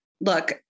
Look